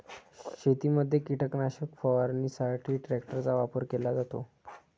शेतीमध्ये कीटकनाशक फवारणीसाठी ट्रॅक्टरचा वापर केला जातो